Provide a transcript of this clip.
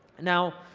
now,